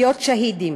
להיות שהידים.